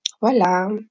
Voilà